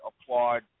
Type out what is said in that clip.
applaud